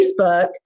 Facebook